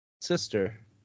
sister